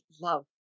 love